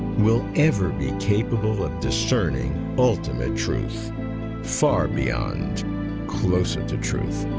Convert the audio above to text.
will ever be capable of discerning ultimate truth far beyond closer to truth.